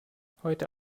heute